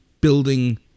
building